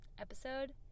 episode